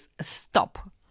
stop